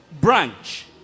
branch